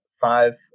five